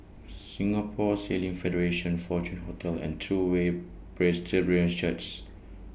Singapore Sailing Federation Fortuna Hotel and True Way Church